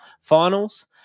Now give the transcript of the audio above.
finals